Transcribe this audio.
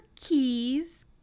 keys